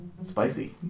Spicy